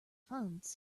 funds